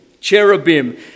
cherubim